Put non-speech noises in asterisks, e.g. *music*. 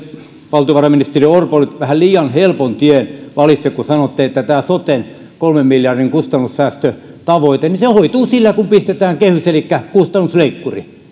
valtiovarainministeri orpo nyt vähän liian helpon tien valitse kun sanotte että soten kolmen miljardin kustannussäästötavoite hoituu sillä kun pistetään kehys elikkä kustannusleikkuri *unintelligible*